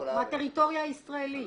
מהטריטוריה הישראלית.